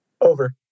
Over